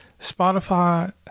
Spotify